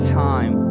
time